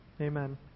Amen